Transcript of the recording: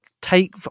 take